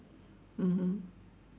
mmhmm